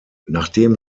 nachdem